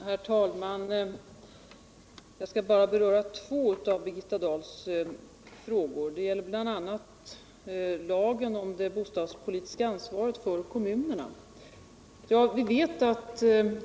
Herr talman! Jag skall bara beröra två av Birgitta Dahls frågor. Det gäller bl.a. lagen om det bostadspolitiska ansvaret för kommunerna.